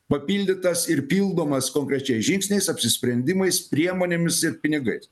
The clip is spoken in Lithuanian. papildytas ir pildomas konkrečiais žingsniais apsisprendimais priemonėmis ir pinigais